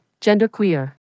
Genderqueer